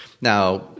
Now